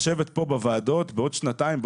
לשבת כאן בוועדות בעוד שנתיים,